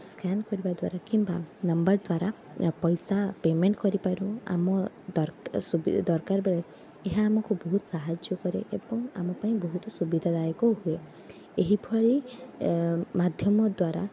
scan କରିବା ଦ୍ୱାରା କିମ୍ବା ନମ୍ବର ଦ୍ୱାରା ପଇସା ପେମେଣ୍ଟ କରିପାରୁ ଆମ ଦରକାର ବେଳେ ଏହା ଆମକୁ ବହୁତ ସାହାଯ୍ୟ କରେ ଏବଂ ଆମ ପାଇଁ ବହୁତ ସୁବିଧାଦାୟକ ହୁଏ ଏହିଭଳି ମାଧ୍ୟମ ଦ୍ୱାରା